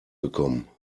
gekommen